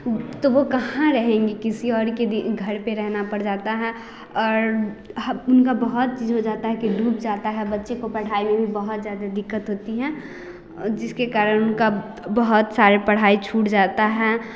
तो वो कहाँ रहेंगे किसी और के घर में रहना पड़ जाता है और उनका बहुत ही चीज हो जाता है डूब जाता है बच्चे को पढ़ाई में भी बहुत ज़्यादा दिक्कत होती है और जिसके कारण उनका बहुत सारा पढ़ाई छूट जाता है